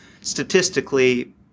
statistically